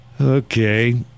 Okay